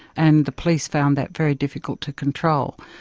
and the police found that very difficult to control.